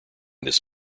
this